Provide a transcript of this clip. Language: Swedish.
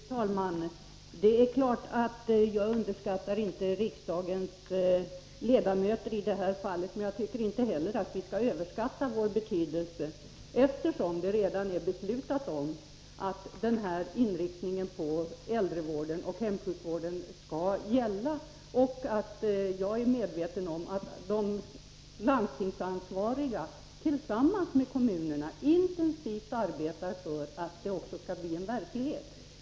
Fru talman! Det är klart att jag i detta fall inte underskattar riksdagens ledamöter, men vi skall inte heller överskatta vår betydelse, eftersom det redan har beslutats att inriktningen på äldrevård och hemsjukvård skall gälla. Jag är dessutom medveten om att de landstingsansvariga, tillsammans med kommunerna, intensivt arbetar för att det också skall bli verklighet.